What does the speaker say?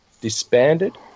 disbanded